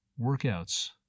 workouts